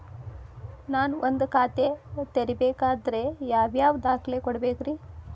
ನಾನ ಒಂದ್ ಖಾತೆ ತೆರಿಬೇಕಾದ್ರೆ ಯಾವ್ಯಾವ ದಾಖಲೆ ಕೊಡ್ಬೇಕ್ರಿ?